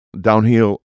downhill